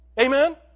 Amen